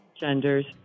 genders